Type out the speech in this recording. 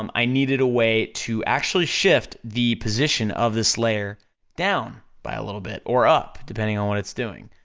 um i needed a way to actually shift the position of this layer down by a little bit, or up, depending on what it's doing.